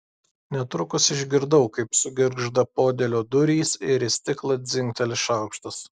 netrukus išgirdau kaip sugirgžda podėlio durys ir į stiklą dzingteli šaukštas